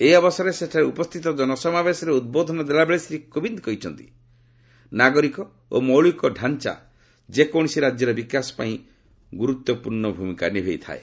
ଏହି ଅବସରରେ ସେଠାରେ ଉପସ୍ଥିତ ଜନସମାବେଶରେ ଉଦ୍ବୋଧନ ଦେଲାବେଳେ ଶ୍ରୀ କୋବିନ୍ଦ କହିଛନ୍ତି ନାଗରିକ ଓ ମୌଳିକ ତାଞ୍ଚା ଯେକୌଣସି ରାଜ୍ୟର ବିକାଶ ପାଇଁ ଗୁରୁତ୍ୱପୂର୍ଣ୍ଣ ଭୂମିକା ନିଭାଇଥାଏ